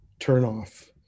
turnoff